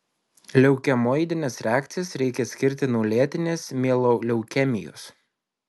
leukemoidines reakcijas reikia skirti nuo lėtinės mieloleukemijos